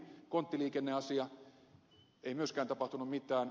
konttiliikenneasiassa ei myöskään tapahtunut mitään